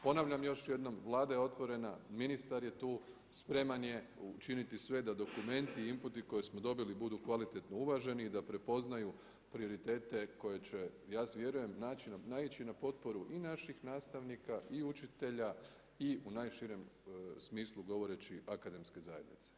Ponavljam još jednom Vlada je otvorena, ministar je tu, spreman je učiniti sve da dokumenti i inputi koje smo dobili budu kvalitetno uvaženi i da prepoznaju prioritete koje će ja vjerujem naići na potporu i naših nastavnika i učitelja i u najširem smislu govoreći akademske zajednice.